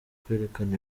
kwerekana